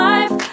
Life